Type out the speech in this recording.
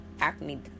acne